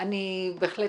אני חושבת